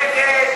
נא להצביע.